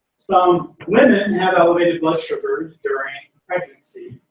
some women have elevated blood sugar during pregnancy,